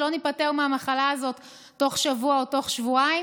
לא ניפטר מהמחלה הזאת תוך שבוע או תוך שבועיים.